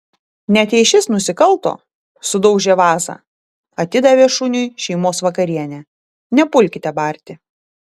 net jei šis nusikalto sudaužė vazą atidavė šuniui šeimos vakarienę nepulkite barti